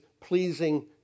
pleasing